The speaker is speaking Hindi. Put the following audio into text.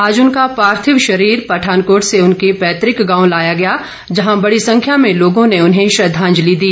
आज उनका पार्थिव शरीर पठानकोट से उनके पैतुक गांव लाया गया जहां बड़ी संख्या में लोगों ने उन्हें श्रद्वांजलि दी